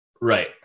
Right